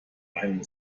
einem